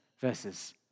verses